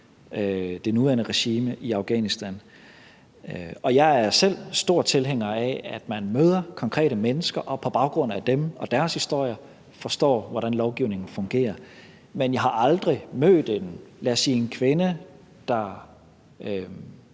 det nuværende regime i Afghanistan. Og jeg er selv stor tilhænger af, at man møder konkrete mennesker og på baggrund af dem og deres historier forstår, hvordan lovgivningen fungerer. Men jeg har aldrig mødt, lad os